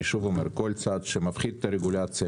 כל צעד שמפחית את הרגולציה,